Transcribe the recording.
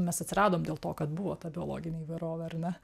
mes atsiradom dėl to kad buvo ta biologinė įvairovė ar ne